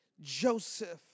Joseph